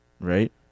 Right